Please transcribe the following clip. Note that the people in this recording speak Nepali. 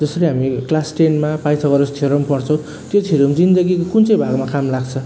जसरी हामी क्लास टेनमा पाइथोगरस थ्योरम पढ्छौँ त्यो थ्योरम जिन्दगीको कुन चाहिँ भागमा काम लाग्छ